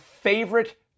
favorite